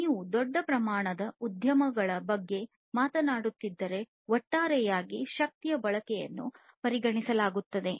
ನೀವು ದೊಡ್ಡ ಪ್ರಮಾಣದ ಉದ್ಯಮಗಳ ಬಗ್ಗೆ ಮಾತನಾಡುತ್ತಿದ್ದರೆ ಒಟ್ಟಾರೆಯಾಗಿ ಶಕ್ತಿಯ ಬಳಕೆಯನ್ನು ಪರಿಗಣಿಸಲಾಗುತ್ತದೆ